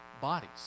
bodies